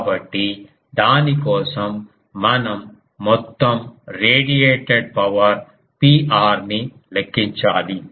కాబట్టి దాని కోసం మనం మొత్తం రేడియేటెడ్ పవర్ Pr ని లెక్కించాలి